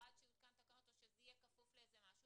או עד שיותקנו תקנות או שזה יהיה כפוף לאיזה משהו